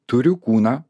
turiu kūną